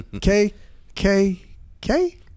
K-K-K